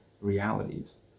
realities